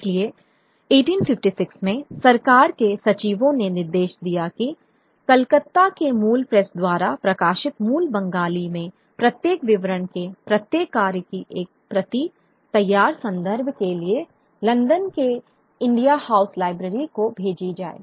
इसलिए 1856 में सरकार के सचिवों ने निर्देश दिया कि कलकत्ता के मूल प्रेस द्वारा प्रकाशित मूल बंगाली में प्रत्येक विवरण के प्रत्येक कार्य की एक प्रति तैयार संदर्भ के लिए लंदन के इंडिया हाउस लाइब्रेरी को भेजी जाए